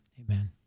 Amen